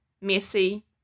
messy